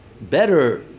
better